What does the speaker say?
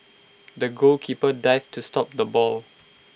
the goalkeeper dived to stop the ball